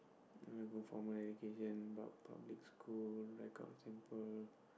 then I performer at occasion about public school like got sample